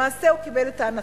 למעשה הוא קיבל את טענתם,